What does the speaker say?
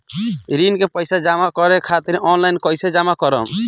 ऋण के पैसा जमा करें खातिर ऑनलाइन कइसे जमा करम?